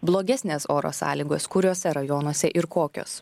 blogesnės oro sąlygos kuriuose rajonuose ir kokios